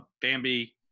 Bambi